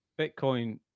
Bitcoin